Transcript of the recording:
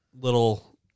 little